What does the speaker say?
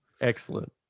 Excellent